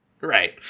Right